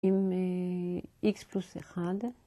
עם איקס פלוס אחד